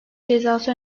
cezası